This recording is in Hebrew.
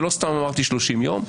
ולא סתם אמרתי "30 יום",